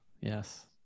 Yes